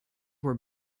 were